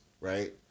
right